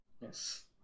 Yes